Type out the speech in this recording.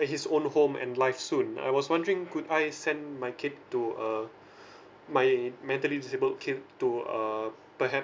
his own home and life soon I was wondering could I send my kid to a my mentally disabled kid to a perhaps